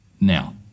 now